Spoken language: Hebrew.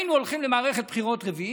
היינו הולכים למערכת בחירות רביעית,